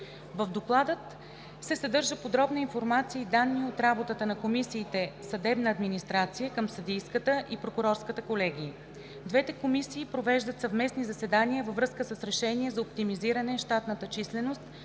В Доклада се съдържа подробна информация и данни от работата на комисиите „Съдебна администрация“ към Съдийската и Прокурорската колегия. Двете комисии провеждат съвместни заседания във връзка с решения за оптимизиране щатната численост